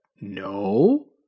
no